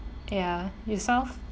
ya yourself